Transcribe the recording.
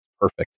perfect